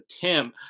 Tim